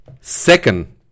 Second